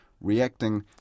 reacting